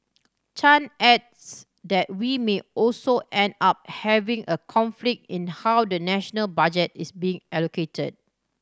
Chan adds that we may also end up having a conflict in how the national budget is being allocated